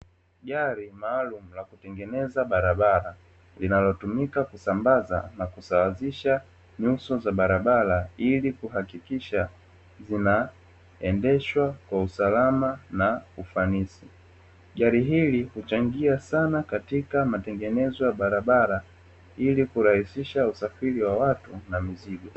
Gari maalum la kutengeneza barabara linalotumika kusambaza na kusawazisha nyuso za barabara ili kuhakikisha zinaendeshwa kwa usalama na ufanisi. Gari hili huchangia sana katika matengenezo ya barabara ili kurahisisha usafiri wa watu na mizigo.